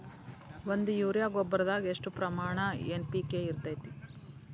ಒಂದು ಯೂರಿಯಾ ಗೊಬ್ಬರದಾಗ್ ಎಷ್ಟ ಪ್ರಮಾಣ ಎನ್.ಪಿ.ಕೆ ಇರತೇತಿ?